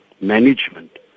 management